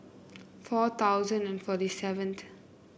four thousand and forty seventh